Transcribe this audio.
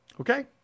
Okay